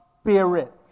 Spirit